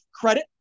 credit